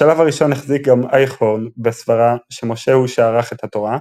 בשלב הראשון החזיק גם אייכהורן בסברה שמשה הוא שערך את התורה,